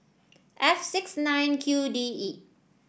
F six nine Q D E